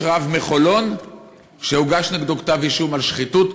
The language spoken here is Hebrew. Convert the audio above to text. יש רב מחולון שהוגש נגדו כתב-אישום על שחיתות,